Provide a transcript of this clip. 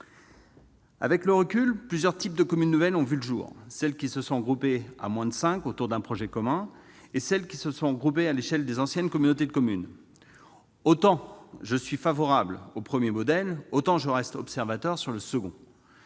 Avec le recul, plusieurs types de communes nouvelles ont vu le jour. Celles qui se sont regroupées à moins de cinq autour d'un projet commun, et celles qui se sont regroupées à l'échelle des anciennes communautés de communes. Autant je suis favorable au premier modèle, autant je reste interrogatif sur le second